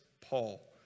Paul